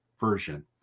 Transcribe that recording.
version